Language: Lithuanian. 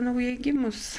naujai gimus